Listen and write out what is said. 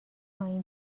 پایین